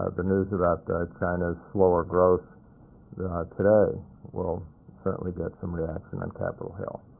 the news about china's slower growth today will certainly get some reaction on capitol hill.